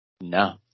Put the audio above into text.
No